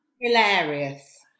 Hilarious